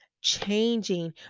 changing